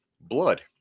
blood